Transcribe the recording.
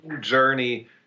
journey